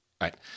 right